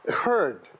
heard